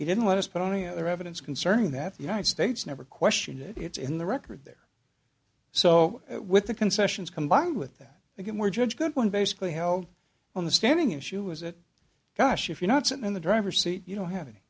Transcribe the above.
he didn't let us put on any other evidence concerning that the united states never question it it's in the record there so with the concessions combined with that again we're judged good one basically held on the standing issue is it gosh if you're not sitting in the driver's seat you don't have any